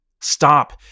Stop